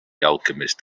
alchemist